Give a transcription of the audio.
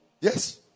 Yes